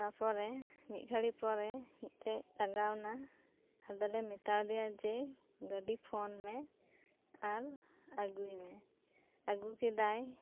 ᱛᱟᱯᱚᱨᱮ ᱢᱤᱫ ᱜᱷᱟᱲᱤ ᱯᱚᱨᱮ ᱢᱤᱫ ᱴᱮᱱ ᱞᱟᱜᱟᱣ ᱮᱱᱟ ᱟᱫᱚᱞᱮ ᱢᱮᱛᱟ ᱫᱮᱭᱟ ᱡᱮ ᱜᱟᱰᱤ ᱯᱷᱳᱱ ᱢᱮ ᱟᱨ ᱟᱜᱩᱭ ᱢᱮ ᱟᱜᱩ ᱠᱮᱫᱟᱭ